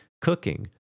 cooking